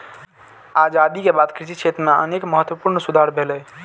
आजादी के बाद कृषि क्षेत्र मे अनेक महत्वपूर्ण सुधार भेलैए